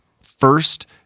first